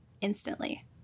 instantly